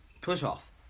push-off